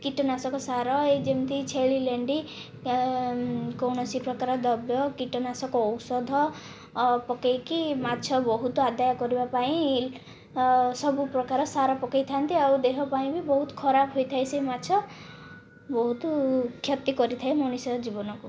କୀଟନାଶକ ସାର ଏହି ଯେମିତି ଛେଳି ଲଣ୍ଡି କୌଣସି ପ୍ରକାର ଦ୍ରବ୍ୟ କୀଟନାଶକ ଔଷଧ ପକାଇକି ମାଛ ବହୁତ ଆଦାୟ କରିବା ପାଇଁ ସବୁପ୍ରକାର ସାର ପକାଇଥାନ୍ତି ଆଉ ଦେହ ପାଇଁ ବି ବହୁତ ଖରାପ ହୋଇଥାଏ ସେ ମାଛ ବହୁତ କ୍ଷତି କରିଥାଏ ମଣିଷର ଜୀବନକୁ